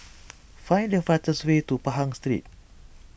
find the fastest way to Pahang Street